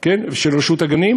ושל רשות הגנים,